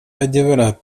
adevărat